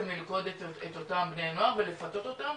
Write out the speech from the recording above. ללכוד את אותם בני נוער ולפתות אותם,